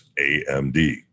AMD